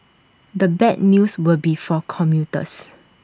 the bad news would be for commuters